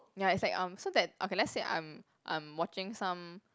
ya it's like um so that okay let's say I'm I'm watching some